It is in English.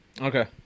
Okay